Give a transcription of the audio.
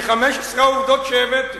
מ-15 העובדות שהבאתי.